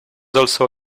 also